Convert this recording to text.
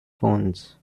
phones